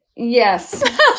Yes